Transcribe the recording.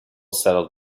settled